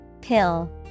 Pill